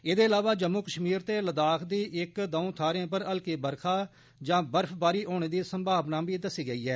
एह्दे इलावा जम्मू कश्मीर ते लद्दाख दी इक दऊं थाह्रें पर हल्की बरखा जां बर्फबारी होने दी संभावना बी दस्सी गेई ऐ